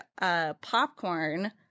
popcorn